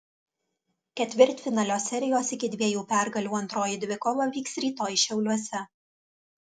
ketvirtfinalio serijos iki dviejų pergalių antroji dvikova vyks rytoj šiauliuose